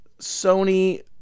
Sony